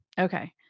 Okay